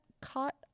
caught